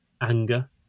anger